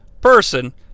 person